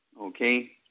Okay